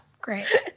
great